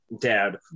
dad